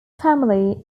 family